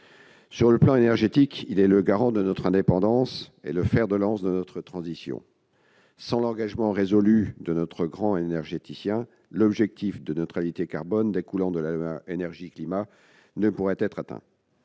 Sur le plan énergétique, elle est garante de notre indépendance et le fer de lance de notre transition. Sans l'engagement résolu de notre grand énergéticien, l'objectif de neutralité carbone découlant de la loi Énergie-climat ne pourrait être atteint.